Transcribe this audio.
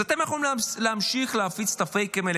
אז אתם יכולים להמשיך להפיץ את הפייקים האלה,